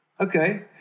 okay